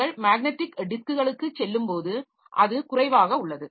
நீங்கள் மேக்னடிக் டிஸ்க்குகளுக்குச் செல்லும்போது அது குறைவாக உள்ளது